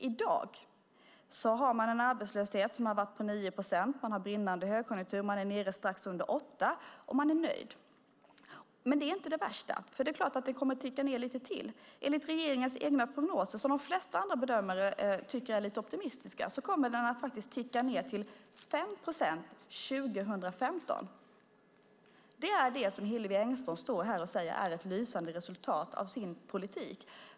Sedan har man haft en arbetslöshet på 9 procent. Under brinnande högkonjunktur är den nere strax under 8, och man är nöjd. Men det är inte det värsta, för det är klart att den kommer att ticka ned lite till. Enligt regeringens egna prognoser, som de flesta andra bedömare tycker är lite optimistiska, kommer den att ticka ned till 5 procent 2015. Det är det som Hillevi Engström står här och säger är ett lysande resultat av hennes politik.